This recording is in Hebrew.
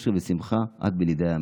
אושר ושמחה עד בלי די.